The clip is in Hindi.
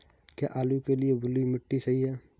क्या आलू के लिए बलुई मिट्टी सही है?